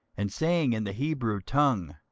and saying in the hebrew tongue,